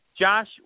Josh